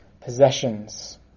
possessions